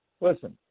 Listen